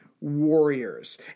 warriors